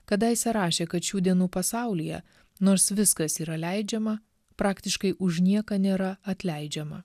kadaise rašė kad šių dienų pasaulyje nors viskas yra leidžiama praktiškai už nieką nėra atleidžiama